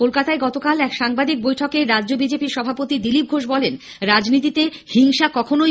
কলকাতায় গতকাল এক সাংবাদিক বৈঠকে রাজ্য বিজেপির সভাপতি দিলীপ ঘোষ বলেন রাজনীতিতে হিংসা বাঞ্ছনীয় নয়